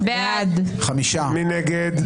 מי נגד?